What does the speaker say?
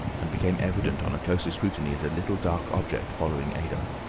and became evident on a closer scrutiny as a little dark object following adye.